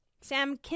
Sam